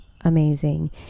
amazing